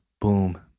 boom